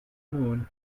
moon